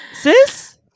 Sis